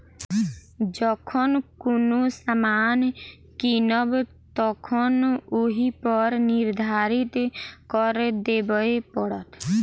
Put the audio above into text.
जखन कोनो सामान कीनब तखन ओहिपर निर्धारित कर देबय पड़त